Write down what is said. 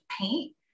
paint